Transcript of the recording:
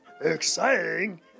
exciting